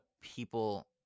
people